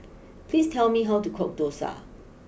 please tell me how to cook Dosa